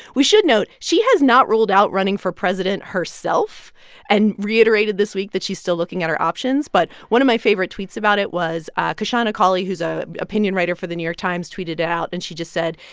we should note she has not ruled out running for president herself and reiterated this week that she's still looking at her options. but one of my favorite tweets about it was kashana cauley, who's a opinion writer for the new york times tweeted out, and she just said,